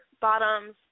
bottoms